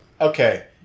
Okay